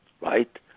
right